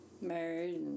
married